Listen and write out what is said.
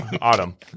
Autumn